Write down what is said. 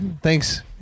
Thanks